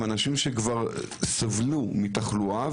הם אנשים שכבר סבלו מתחלואה,